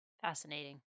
Fascinating